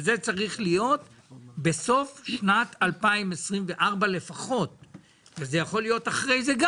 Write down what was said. זה צריך להיות בסוף שנת 2024 לפחות וזה יכול להיות גם אחרי כן.